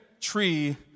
tree